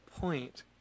point